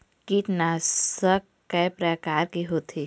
कीटनाशक कय प्रकार के होथे?